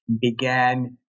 began